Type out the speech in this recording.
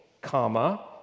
comma